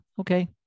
okay